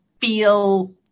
feel